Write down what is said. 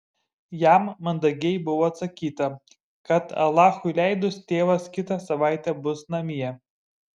jam mandagiai buvo atsakyta kad alachui leidus tėvas kitą savaitę bus namie